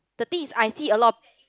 the thing is I see a lot